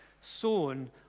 sown